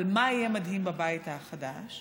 אבל מה יהיה מדהים בבית החדש?